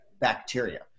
bacteria